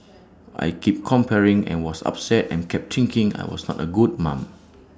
I keep comparing and was upset and kept thinking I was not A good mum